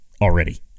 already